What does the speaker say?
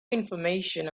information